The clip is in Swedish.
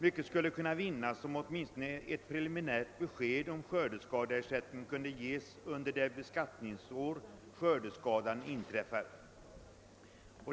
Mycket skulle kunna vinnas, om åtminstone ett preliminärt besked om skördeskadeersättningen kunde ges under det beskattningsår skördeskadan inträffar.